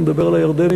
אני מדבר על הירדנים,